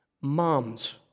moms